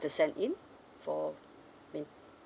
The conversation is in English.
to send in for I mean